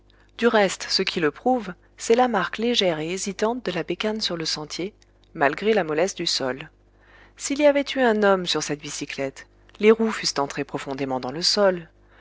du reste ce qui le prouve c'est la marque légère et hésitante de la bécane sur le sentier malgré la mollesse du sol s'il y avait eu un homme sur cette bicyclette les roues fussent entrées profondément dans le sol